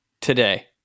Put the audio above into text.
today